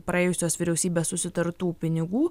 praėjusios vyriausybės susitartų pinigų